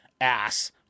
ass